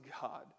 God